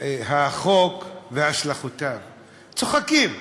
החוק והשלכותיו צוחקים.